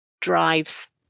drives